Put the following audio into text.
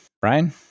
Brian